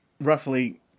roughly